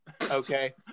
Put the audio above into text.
okay